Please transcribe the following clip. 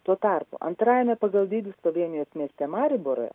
tuo tarpu antrajame pagal dydį slovėnijos mieste mariebure